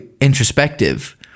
introspective